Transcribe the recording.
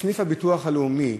שסניף הביטוח הלאומי,